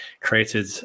Created